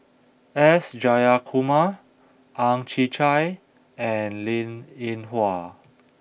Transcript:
S Jayakumar Ang Chwee Chai and Linn In Hua